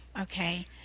okay